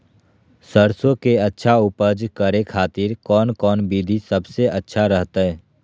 सरसों के अच्छा उपज करे खातिर कौन कौन विधि सबसे अच्छा रहतय?